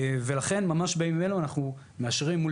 ולכן ממש בימים אלה אנחנו מאשרים מול